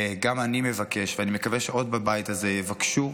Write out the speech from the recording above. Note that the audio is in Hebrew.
גם אני מבקש, ואני מקווה שעוד בבית הזה יבקשו,